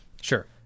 Sure